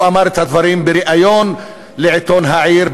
הוא אמר את הדברים בראיון לעיתון "העיר"